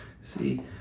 See